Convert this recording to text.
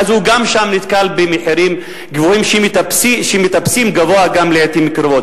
אז הוא גם שם נתקל במחירים גבוהים שמטפסים גבוה לעתים קרובות.